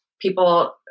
people